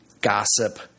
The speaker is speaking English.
gossip